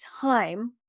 time